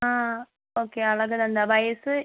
ആ ഓക്കെ അളകനന്ദ വയസ്സ്